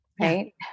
right